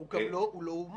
הוא גם לא אומץ.